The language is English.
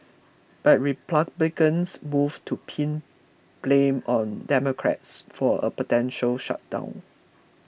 but Republicans moved to pin blame on Democrats for a potential shutdown